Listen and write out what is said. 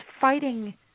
fighting